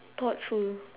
thoughtful